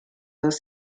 dos